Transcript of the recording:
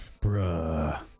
bruh